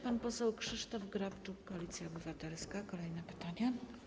Pan poseł Krzysztof Grabczuk, Koalicja Obywatelska, zada kolejne pytanie.